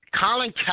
Colin